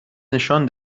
نشان